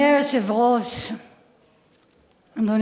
רבותי, אני